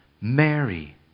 Mary